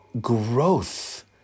growth